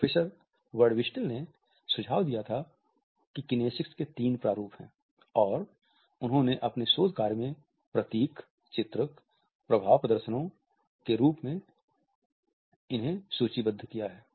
professor Ray Birdwhistell ने सुझाव दिया था कि किनेसिक्स के तीन प्रारूप हैं और उन्होंने अपने शोध कार्य में प्रतीक चित्रक और प्रभावित प्रदर्शनों emblems illustrators and affect displays के रूप में सूचीबद्ध किया है